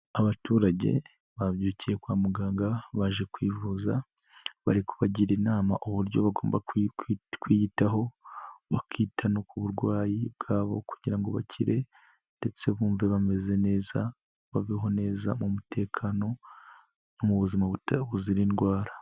Abaturage babyukiye kwa muganga baje kwivuza, bari kubagira inama uburyo bagomba kwiyitaho, bakita no ku burwayi bwabo kugira ngo bakire, ndetse bumve bameze neza, babeho neza mu mutekano, no mu buzima buta buzira indwara.